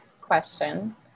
question